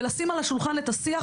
ולשים על השולחן את השיח.